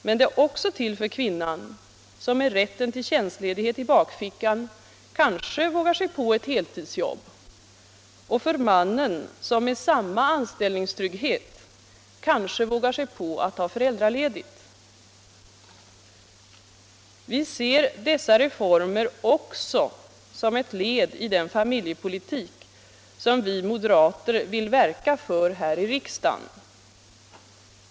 Men det är också till för kvinnan, som med rätten till tjänstledighet i bakfickan kanske vågar sig på ett heltidsjobb, och för mannen, som med samma anställningstrygghet kanske vågar sig på att ta föräldraledigt. Vi ser dessa reformer också som ett led i den familjepolitik som vi moderater vill verka för här i riksdagen.